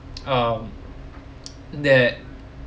um that